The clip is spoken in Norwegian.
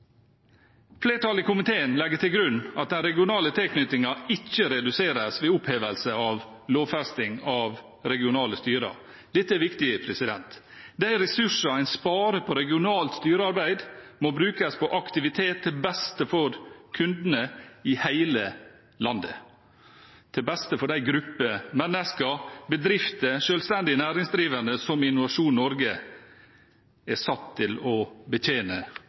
Flertallet i komiteen legger til grunn at den regionale tilknytningen ikke reduseres ved opphevelse av lovfesting av regionale styrer. Dette er viktig. De ressursene en sparer på regionalt styrearbeid, må brukes på aktivitet til beste for kundene i hele landet, til beste for de grupper mennesker, bedrifter og selvstendig næringsdrivende som Innovasjon Norge er satt til å betjene